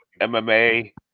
MMA